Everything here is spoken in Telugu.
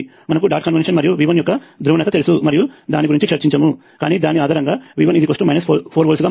మనకు డాట్ కన్వెన్షన్ మరియు V1 యొక్క ధ్రువణత తెలుసు మరియు దాని గురించి చర్చించము కానీ దాని ఆధారంగా V1 4 వోల్ట్లుగా మారుతుంది